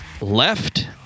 left